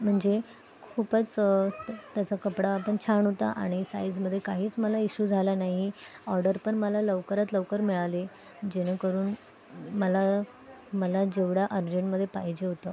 म्हणजे खूपच त्याचा कपडा पण छान होता आणि साईजमध्ये काहीच मला इशू झाला नाही ऑर्डर पण मला लवकरात लवकर मिळाले जेणेकरून मला मला जेवढा अर्जंटमध्ये पाहिजे होतं